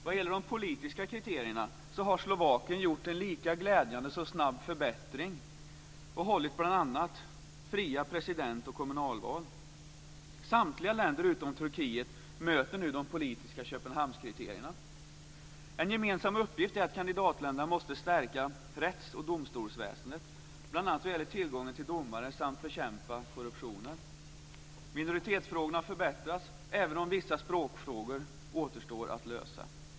Vad gäller de politiska kriterierna har Slovakien gjort en lika glädjande som snabb förbättring och hållit bl.a. fria president och kommunalval. Samtliga länder utom Turkiet möter nu de politiska Köpenhamnskriterierna. En gemensam uppgift är att kandidatländerna måste stärka rätts och domstolsväsendet, bl.a. när det gäller tillgången till domare samt bekämpningen av korruptionen. Minoritetsfrågorna förbättras, även om vissa språkfrågor återstår att lösa.